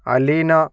Aleena